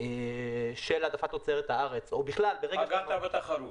של העדפת תוצרת הארץ או בכלל --- פגעת בתחרות.